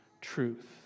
truth